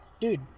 dude